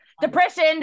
Depression